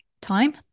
time